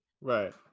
right